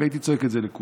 והייתי צועק את זה לכולם,